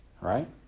right